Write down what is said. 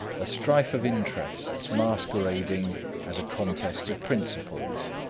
a strife of interests masquerading as a contest of principles.